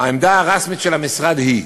העמדה הרשמית של המשרד היא,